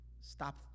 stop